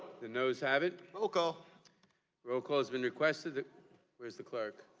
the nose habit. roll call roll call has been requested. where is the clerk?